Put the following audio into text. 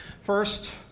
First